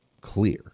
clear